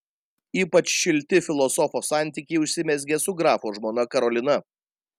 ypač šilti filosofo santykiai užsimezgė su grafo žmona karolina